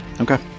Okay